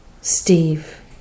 Steve